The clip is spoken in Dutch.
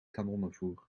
kanonnenvoer